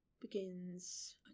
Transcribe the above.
begins